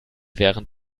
während